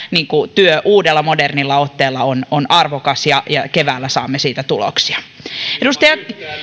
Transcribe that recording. työ uudella modernilla otteella on on arvokas ja ja keväällä saamme siitä tuloksia edustaja